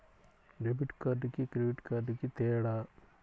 Debit కార్డుకి credit కార్డుకి తేడా?